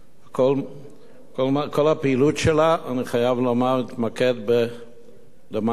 כל הפעילות שלה, אני חייב לומר, מתמקדת למען הילד.